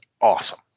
Awesome